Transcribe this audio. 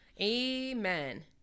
Amen